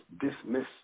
dismiss